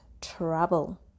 trouble